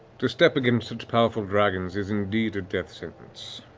to step against such powerful dragons is indeed a death sentence.